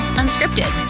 unscripted